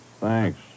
Thanks